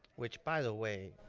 which by the way,